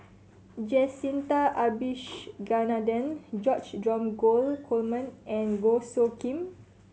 Jacintha Abisheganaden George Dromgold Coleman and Goh Soo Khim